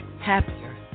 Happier